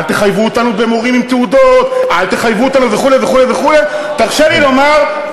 אל תחייבו אותנו במורים עם תעודות וכו' וכו' וכו' תרשה לי לומר,